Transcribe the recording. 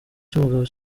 cy’umugabo